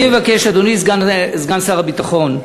אני מבקש, אדוני סגן שר הביטחון,